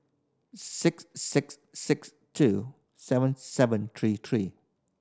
six six six two seven seven three three